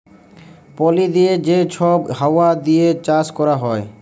পলি দিঁয়ে যে ছব হাউয়া দিঁয়ে চাষ ক্যরা হ্যয়